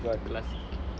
cult classic